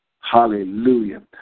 Hallelujah